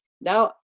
now